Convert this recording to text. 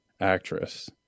actress